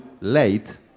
late